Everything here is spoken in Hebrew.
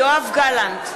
יואב גלנט,